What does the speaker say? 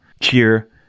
cheer